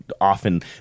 often